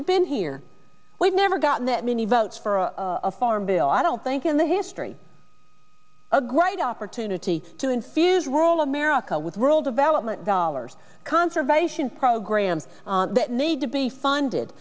had been here we've never gotten that many votes for a farm bill i don't think in the history a great opportunity to infuse rule of america with world development dollars conservation programs that need to be funded